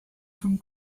from